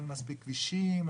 אין מספיק כבישים,